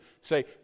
say